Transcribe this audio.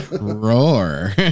Roar